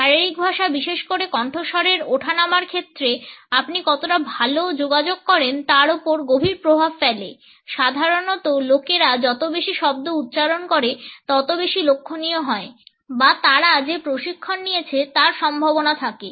শারীরিক ভাষা বিশেষ করে কণ্ঠস্বরের ওঠানামার ক্ষেত্রে আপনি কতটা ভাল যোগাযোগ করেন তার উপর গভীর প্রভাব ফেলে সাধারণত লোকেরা যত বেশি শব্দ উচ্চারণ করে তত বেশি লক্ষণীয় হয় বা তারা যে প্রশিক্ষণ নিয়েছে তার সম্ভাবনা থাকে